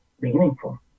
meaningful